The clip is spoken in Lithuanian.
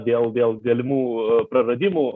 dėl dėl galimų praradimų